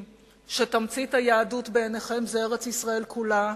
שתמצית היהדות בעיניכם זה ארץ-ישראל כולה,